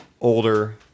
older